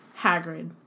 Hagrid